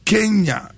Kenya